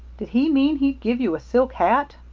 did he mean he'd give you a silk hat?